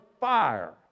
fire